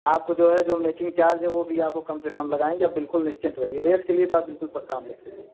आपको जो है जो मेकिंग चार्ज है वो भी आपको कम से कम लगाएँगे आप बिलकुल निश्चिंत रहिए रेट के लिए तो आप बिलकुल परेशान मत होइए